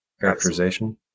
characterization